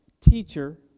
Teacher